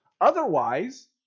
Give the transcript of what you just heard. Otherwise